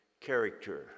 character